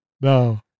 No